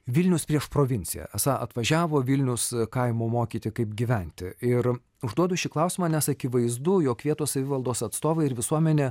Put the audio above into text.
vilnius prieš provinciją esą atvažiavo vilnius kaimo mokyti kaip gyventi ir užduodu šį klausimą nes akivaizdu jog vietos savivaldos atstovai ir visuomenė